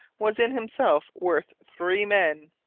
was in himself worth three men.